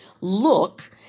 look